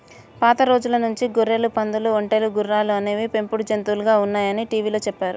పాత రోజుల నుంచి గొర్రెలు, పందులు, ఒంటెలు, గుర్రాలు అనేవి పెంపుడు జంతువులుగా ఉన్నాయని టీవీలో చెప్పారు